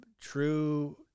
true